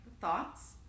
Thoughts